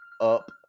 up